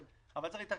היא לא תעשה.